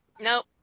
Nope